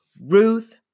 Ruth